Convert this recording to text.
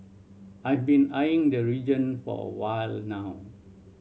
I've been eyeing the region for a while now